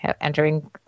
entering